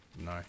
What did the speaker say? No